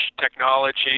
technology